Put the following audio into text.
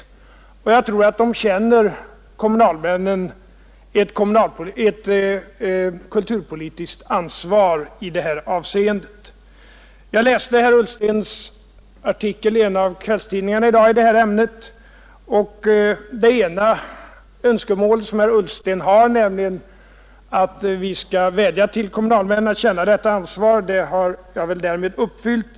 Kommunalmännen känner utan tvivel ett kulturpolitiskt ansvar i den här frågan. Jag läste herr Ullstens artikel i det här ämnet i en av kvällstidningarna i dag. Hans ena önskemål, nämligen att vi skall vädja till kommunalmännen att känna detta ansvar, har jag väl härmed uppfyllt.